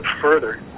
further